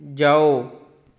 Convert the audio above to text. ਜਾਓ